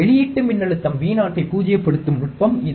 வெளியீட்டு மின்னழுத்தம் Vo ஐ பூஜ்யப்படுத்தும் நுட்பம் இது